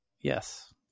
Yes